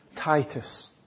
Titus